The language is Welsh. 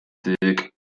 dug